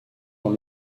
dans